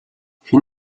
хэн